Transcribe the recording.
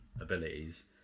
abilities